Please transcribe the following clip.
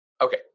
okay